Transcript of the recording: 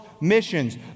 missions